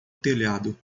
telhado